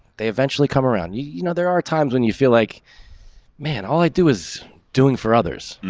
they eventually come around. you you know, there are times when you feel like man. all i do is doing for others.